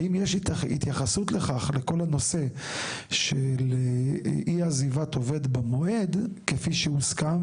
האם יש התייחסות לכך לכל הנושא של אי עזיבת עובד במועד כפי שהוסכם,